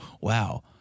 wow